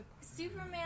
Superman